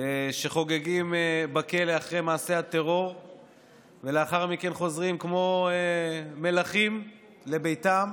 שחוגגים בכלא אחרי מעשה הטרור ולאחר מכן חוזרים כמו מלכים לביתם,